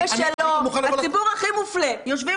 אני מוכן --- הציבור הכי מופלה יושבים